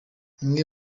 imwe